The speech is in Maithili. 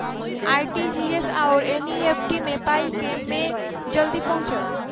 आर.टी.जी.एस आओर एन.ई.एफ.टी मे पाई केँ मे जल्दी पहुँचत?